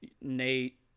Nate